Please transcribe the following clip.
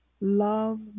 love